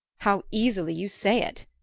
how easily you say it!